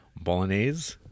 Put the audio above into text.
Bolognese